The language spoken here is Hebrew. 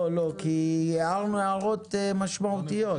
לא כי הערנו הערות משמעותיות,